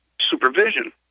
supervision